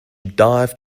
dived